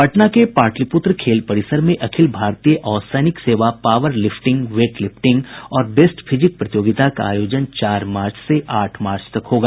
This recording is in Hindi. पटना के पाटलिपूत्र खेल परिसर में अखिल भारतीय असैनिक सेवा पावर लिप्टिंग वेट लिप्टिंग और बेस्ट फिजिक प्रतियोगिता का आयोजन चार मार्च से आठ मार्च होगा